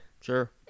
Sure